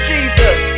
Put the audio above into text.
Jesus